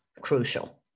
crucial